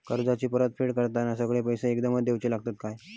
कर्जाची परत फेड करताना सगळे पैसे एकदम देवचे लागतत काय?